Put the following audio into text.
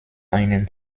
einen